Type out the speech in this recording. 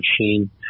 machine